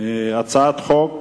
הצעת חוק